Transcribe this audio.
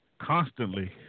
constantly